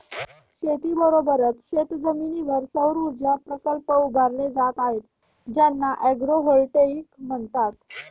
शेतीबरोबरच शेतजमिनीवर सौरऊर्जा प्रकल्प उभारले जात आहेत ज्यांना ॲग्रोव्होल्टेईक म्हणतात